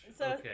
Okay